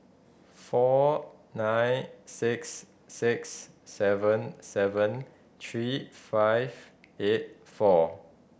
four nine six six seven seven three five eight four